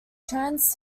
turns